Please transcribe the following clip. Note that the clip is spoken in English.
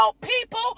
people